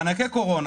מענקי קורונה,